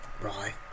Right